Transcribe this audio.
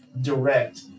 direct